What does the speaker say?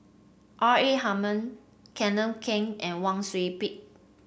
R A Hamid Kenneth Keng and Wang Sui Pick